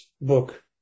book